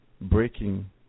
breaking